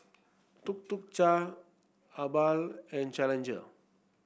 Tuk Tuk Cha Habhal and Challenger